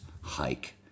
hike